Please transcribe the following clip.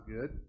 good